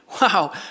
Wow